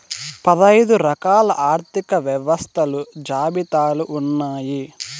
పదైదు రకాల ఆర్థిక వ్యవస్థలు జాబితాలు ఉన్నాయి